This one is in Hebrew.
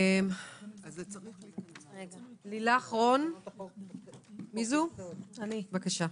לילך רון, בבקשה.